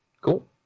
Cool